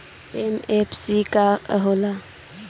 MFC का होला?